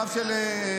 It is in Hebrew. רב של חיפה,